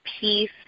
peace